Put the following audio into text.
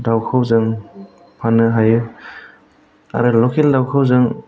दाउखौ जों फाननो हायो आरो लकेल दाउखौ जों